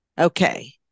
Okay